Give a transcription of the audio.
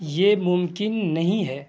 یہ ممکن نہیں ہے